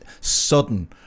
sudden